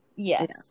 Yes